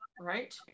right